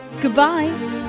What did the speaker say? Goodbye